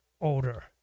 older